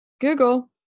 Google